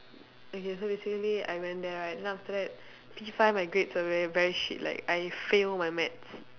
okay so basically I went there right then after that P five my grades were very very shit like I fail my maths